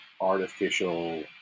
artificial